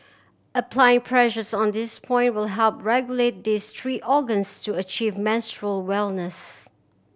applying pressures on this point will help regulate these three organs to achieve menstrual wellness